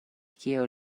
kio